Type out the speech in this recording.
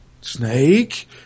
Snake